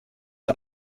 are